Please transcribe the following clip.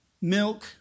milk